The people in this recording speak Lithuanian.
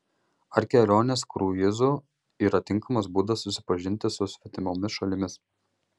ar kelionės kruizu yra tinkamas būdas susipažinti su svetimomis šalimis